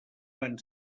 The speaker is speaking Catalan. van